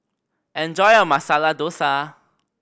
enjoy your Masala Dosa